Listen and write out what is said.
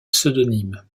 pseudonymes